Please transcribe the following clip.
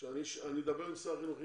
אני אדבר עם שר החינוך.